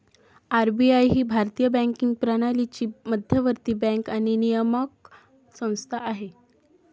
RBI ही भारतीय banking प्रणालीची मध्यवर्ती बँक आणि नियामक संस्था आहे